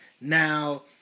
Now